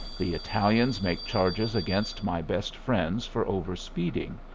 the italians make charges against my best friends for over-speeding,